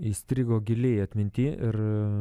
įstrigo giliai atminty ir